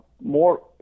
more